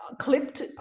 clipped